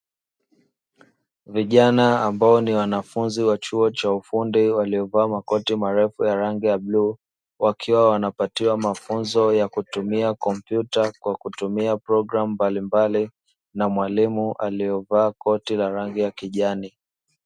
Vijana ambao ni wnafunzi wa chuo cha ufundi waliovaa makoti marefu ya rangi ya bluu, wakiwa wanapatiwa mafunzo ya kutumia kompyuta kwa kutumia programu mbalimbali na mwalimu aliyevaa koti la rangi ya kijani.